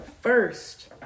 First